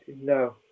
No